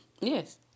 Yes